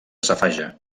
safaja